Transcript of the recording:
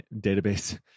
database